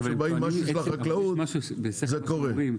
שבאים עם משהו של החקלאות זה קורה,